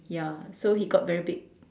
ya so he got very big